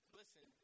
listen